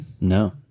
No